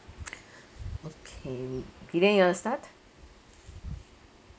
okay bee lian you want to start